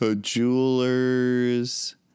Jewelers